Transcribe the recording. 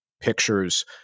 pictures